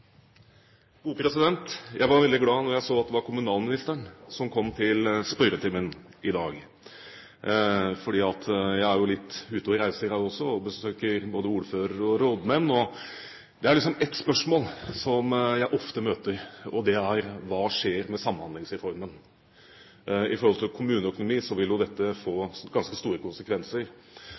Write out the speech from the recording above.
Jeg var veldig glad da jeg så at det var kommunalministeren som kom til spørretimen i dag. Jeg er litt ute og reiser, jeg også, og besøker både ordførere og rådmenn. Det er ett spørsmål jeg ofte møter, og det er: Hva skjer med Samhandlingsreformen? Sett i forhold til kommuneøkonomien vil dette få ganske store